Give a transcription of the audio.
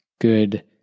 good